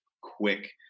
quick